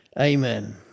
Amen